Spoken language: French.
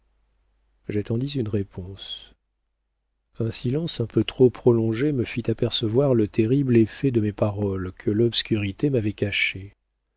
j'attendis une réponse un silence un peu trop prolongé me fit apercevoir le terrible effet de mes paroles que l'obscurité m'avait caché